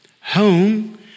home